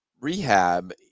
rehab